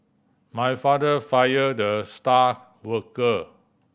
my father fire the star worker